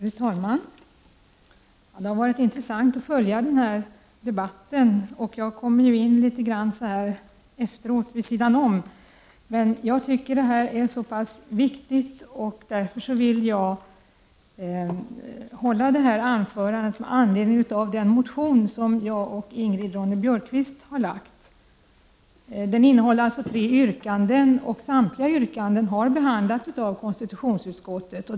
Fru talman! Det har varit intressant att följa den här debatten. Jag kommer in efteråt, litet vid sidan om. Men jag tycker att det här ärendet är så viktigt att jag vill hålla mitt anförande med anledning av den motion som jag och Ingrid Ronne-Björkqvist har väckt. Motionen innehåller tre yrkanden, och samtliga yrkanden har behandlats av konstitutionsutskottet.